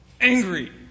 angry